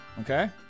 Okay